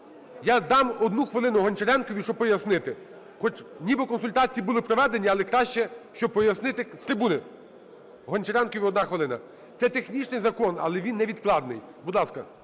Я дам одну хвилину Гончаренкові, щоб пояснити, хоч ніби консультації були проведені, але краще, щоб пояснити з трибуни. Гончаренкові – одна хвилина. Це технічний закон, але він невідкладний. Будь ласка.